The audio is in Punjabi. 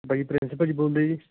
ਭਾਅ ਜੀ ਪ੍ਰਿੰਸ ਭਾਅ ਜੀ ਬੋਲਦੇ ਜੀ